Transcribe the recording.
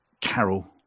Carol